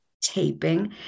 taping